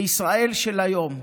בישראל של היום,